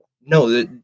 No